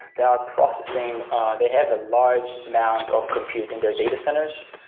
they are processing they have a large amount of compute in their data centers,